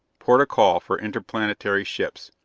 port-o'-call for interplanetary ships,